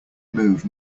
move